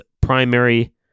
primary